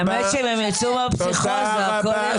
תודה.